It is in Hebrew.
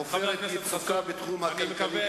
אני מקווה,